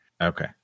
Okay